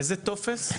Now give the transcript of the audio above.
איזה טופס?